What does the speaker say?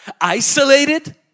isolated